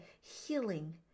healing